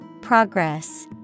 Progress